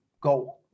go